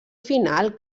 final